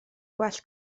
gwell